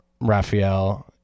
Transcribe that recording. Raphael